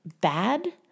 bad